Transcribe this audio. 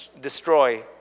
destroy